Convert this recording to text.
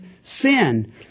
sin